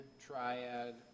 Triad